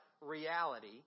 reality